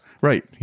Right